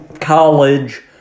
college